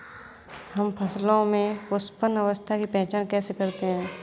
हम फसलों में पुष्पन अवस्था की पहचान कैसे करते हैं?